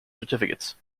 certificates